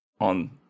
on